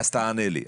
אז תענה לי.